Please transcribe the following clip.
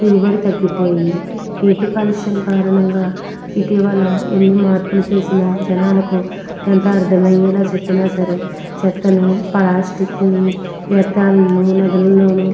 దిగుబడి తగ్గిపోయింది నీటి కాలుష్యం కారణంగా ఇటీవల ఎన్ని మార్పులు చేసిన జనాలకు ఎంత అర్థమయ్యేలా చెప్పినా సరే చెత్తను ప్లాస్టిక్ని వ్యర్ధాలను నదులలోను